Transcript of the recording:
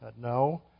No